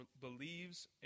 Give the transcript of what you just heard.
believes